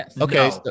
Okay